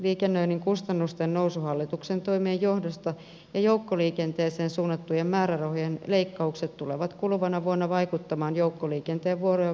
liikennöinnin kustannusten nousu hallituksen toimien johdosta ja joukkoliikenteeseen suunnattujen määrärahojen leikkaukset tulevat kuluvana vuonna vaikuttamaan joukkoliikenteen vuorojen vähentämiseen lapissa